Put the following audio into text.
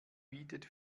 bietet